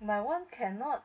my one cannot